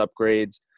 upgrades